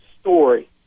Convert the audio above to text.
story